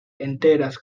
enteras